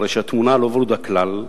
הרי שהתמונה לא ורודה כלל,